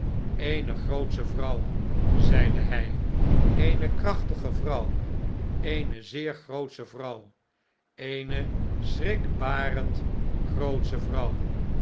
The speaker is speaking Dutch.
eene grootsche vrouw zeide hg eene krachtige vrouw eene zeer grootsche vrouw eene schrikbarend grootsche vrouw